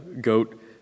goat